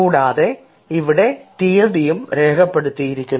കൂടാതെ അവിടെ തീയതി രേഖപ്പെടുത്തിയിരിക്കുന്നു